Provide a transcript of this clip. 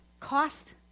Cost